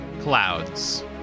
clouds